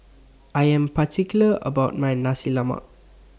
I Am particular about My Nasi Lemak